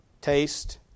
taste